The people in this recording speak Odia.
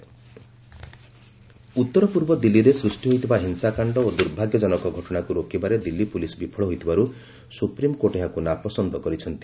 ଏସି ଦିଲ୍ଲୀ ଉତ୍ତର ପୂର୍ବ ଦିଲ୍ଲୀରେ ସୃଷ୍ଟି ହୋଇଥିବା ହିଂସାକାଣ୍ଡ ଓ ଦୁର୍ଭାଗ୍ୟଜନକ ଘଟଣାକୁ ରୋକିବାରେ ଦିଲ୍ଲୀ ପୁଲିସ୍ ବିଫଳ ହୋଇଥିବାରୁ ସୁପ୍ରିମ୍କୋର୍ଟ ଏହାକୁ ନାପସନ୍ଦ କରିଛନ୍ତି